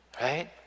right